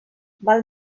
val